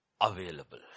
available